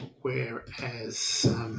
whereas